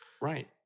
Right